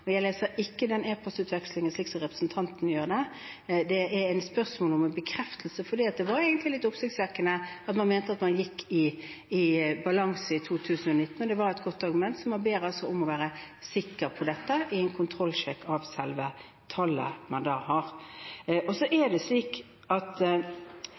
Jeg leser ikke den e-postutvekslingen slik som representanten gjør det. Det er et spørsmål om en bekreftelse, fordi det var egentlig litt oppsiktsvekkende at man mente at man gikk i balanse i 2019. Det var et godt argument, så man ber altså om å være sikker på dette i en kontrollsjekk av selve tallet man da har. Så er det slik at